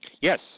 Yes